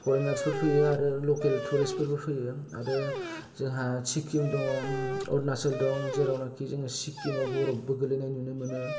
परेनासफोर फैयो आरो लकेल टुरिज फोरबो फैयो आरो जोंहा सिक्कम दङ अरुणाचल दं जेरावनाखि जोङो सिक्किमाव बरफबो गोग्लैनाय नुनो मोनो